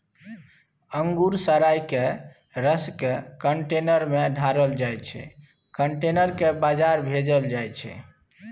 अंगुर सराए केँ रसकेँ कंटेनर मे ढारल जाइ छै कंटेनर केँ बजार भेजल जाइ छै